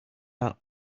out